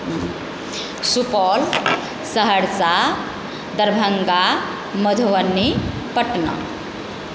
Supaul Saharsa Darbhanga Madhubani Patna